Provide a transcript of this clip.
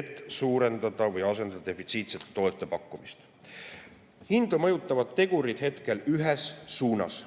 et suurendada või asendada defitsiitsete toodete pakkumist. Hinda mõjutavad praegu ühes suunas